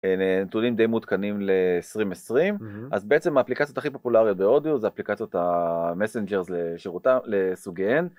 הנתונים די מעודכנים ל-2020 אז בעצם האפליקציות הכי פופולריות בהודו זה אפליקציות המסנג'ר לסוגיהן.